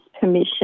permission